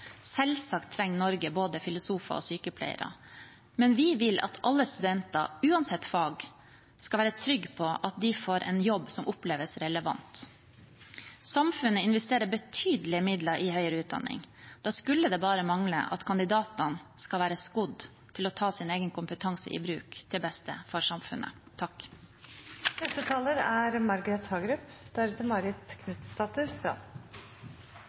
Selvsagt trenger Norge både filosofer og sykepleiere. Vi vil at alle studenter, uansett fag, skal være trygge på at de får en jobb som oppleves relevant. Samfunnet investerer betydelige midler i høyere utdanning. Da skulle det bare mangle at ikke kandidatene skal være skodd til å ta sin egen kompetanse i bruk til beste for samfunnet.